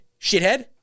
shithead